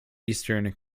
eastern